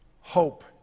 hope